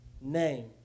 name